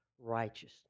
righteousness